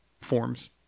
forms